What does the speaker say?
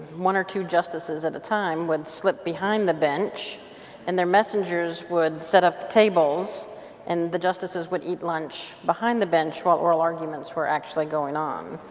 one or two justices at a time would slip behind the bench and their messengers would set up tables and the justices would eat lunch behind the bench while oral arguments were actually going on